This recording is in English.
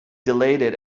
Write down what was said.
dilated